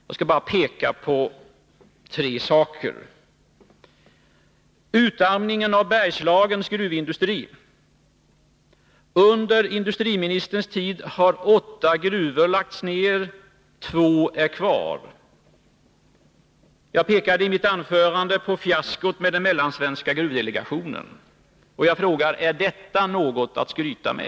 Men låt mig peka på tre saker: För det första gäller det utarmningen av Bergslagens gruvindustri. Under industriministerns tid har åtta gruvor lagts ned. Två är kvar. I mitt anförande pekade jag på fiaskot med den mellansvenska gruvdelegationen. Jag frågar: Är detta något att skryta över?